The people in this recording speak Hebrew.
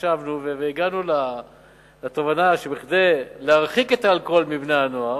חשבנו והגענו לתובנה שכדי להרחיק את האלכוהול מבני-הנוער,